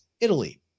Italy